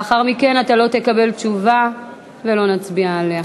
לאחר מכן אתה לא תקבל תשובה, ולא נצביע עליה.